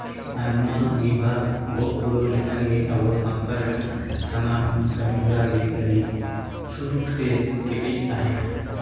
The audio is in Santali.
ᱟᱨ ᱱᱚᱣᱟ ᱟᱺᱜᱤᱵᱷᱟᱨ ᱜᱚᱜ ᱯᱩᱨᱟᱹᱣ ᱞᱮᱠᱷᱟᱱ ᱜᱮ ᱟᱵᱚ ᱥᱟᱶᱛᱟ ᱨᱮᱱᱟᱜ ᱥᱟᱱᱟᱢ ᱠᱟᱹᱢᱤ ᱦᱚᱨᱟᱜᱮ ᱟᱹᱰᱤ ᱥᱩᱠᱩ ᱥᱮ ᱠᱮᱴᱮᱡ ᱛᱟᱦᱮᱱᱟ